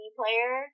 player